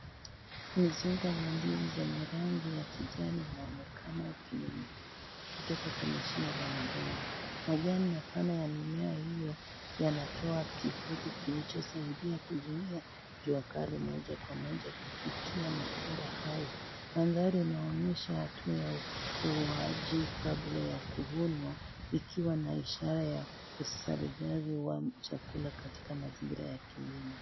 Mzinga wa ndizi zenye rangi ya kijani unaonekana kutoka kwenye shina la mgomba. Majani mapana ya mimea hiyo yanatoa kivuli kilichomsaidia kuzuia jua kali moja kwa moja kufikia matunda hayo. Maathari yanaonyesha hatua ya ukuaji kabla ya kuvunwa, ikiwa na ishara ya uzalishaji wa chakula katika mazingira ya kilimo.